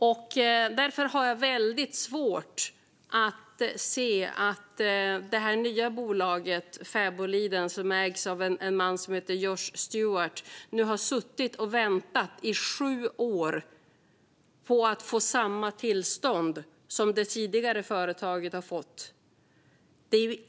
Jag har därför väldigt svårt att förstå varför det nya bolaget i Fäboliden, som ägs av en man som heter Josh Stewart, har behövt vänta i sju år på samma tillstånd som det tidigare företaget hade.